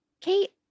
Kate